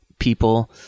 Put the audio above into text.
people